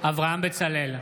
אברהם בצלאל,